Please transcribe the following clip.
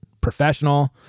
professional